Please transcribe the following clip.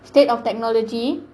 state of technology